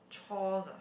chores ah